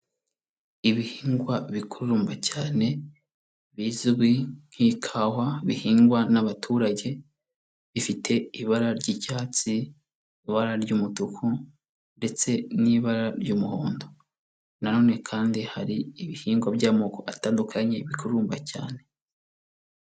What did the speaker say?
Ibihingwa bikururumba cyane, bizwi nk'ikawa bihingwa n'abaturage, bifite ibara ry'icyatsi, ibara ry'umutuku, ndetse n'ibara ry'umuhondo. Nanone kandi hari ibihingwa by'amoko atandukanye bikururumba cyane.